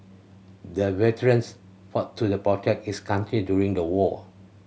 the veterans fought to the protect his country during the war